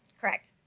Correct